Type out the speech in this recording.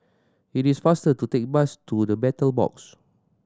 it is faster to take the bus to The Battle Box